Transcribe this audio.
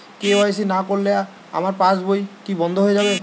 KYC না করলে আমার পাশ বই কি বন্ধ হয়ে যাবে?